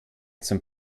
zum